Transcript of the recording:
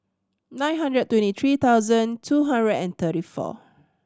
nine hundred twenty tree thousand two hundred and thirty four